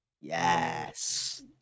Yes